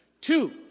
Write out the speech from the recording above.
two